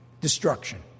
Destruction